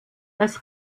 das